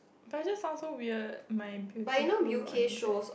but just sound so weird my beautiful laundry